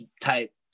type